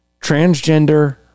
transgender